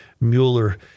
Mueller